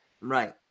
Right